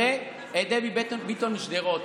שיראה את דבי ביטון משדרות,